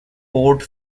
port